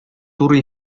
туры